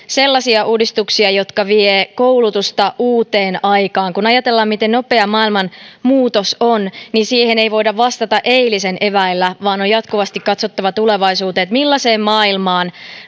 sellaisia uudistuksia jotka vievät koulutusta uuteen aikaan kun ajatellaan miten nopea maailman muutos on niin siihen ei voida vastata eilisen eväillä vaan on jatkuvasti katsottava tulevaisuuteen siihen millaiseen maailmaan